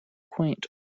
quaint